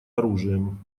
оружием